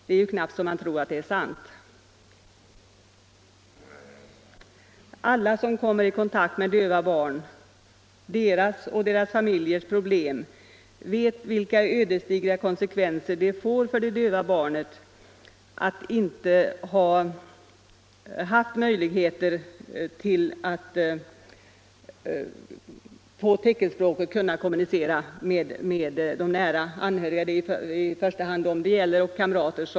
Det är knappt så man tror att det är sant. Alla som kommer i kontakt med döva barn, deras och deras familjers problem vet vilka ödesdigra konsekvenser det får för det döva barnet att inte ha haft möjligheter att på teckenspråket kunna kommunicera med de nära anhöriga — det är i första hand dem det gäller — och kamrater.